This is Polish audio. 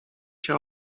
się